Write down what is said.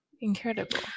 Incredible